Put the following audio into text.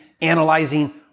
analyzing